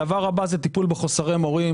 טיפול בחוסרי מורים.